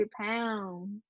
pounds